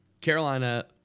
Carolina